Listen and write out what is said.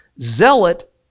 Zealot